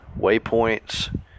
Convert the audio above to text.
waypoints